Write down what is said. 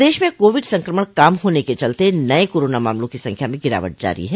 प्रदेश में कोविड संकमण कम होने के चलते नये कोरोना मामलों की संख्या में गिरावट जारी है